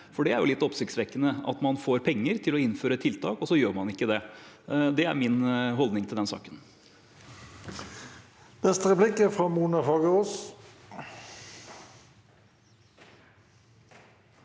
for det er litt oppsiktsvekkende at man får penger til å innføre et tiltak – og så gjør man ikke det. Det er min holdning til den saken.